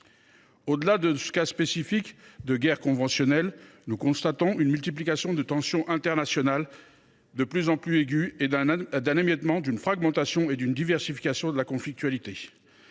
Au delà de ce cas spécifique de guerre conventionnelle, nous constatons une multiplication de tensions internationales de plus en plus aiguës, ainsi qu’un émiettement, une fragmentation et une diversification de la conflictualité.